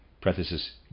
parenthesis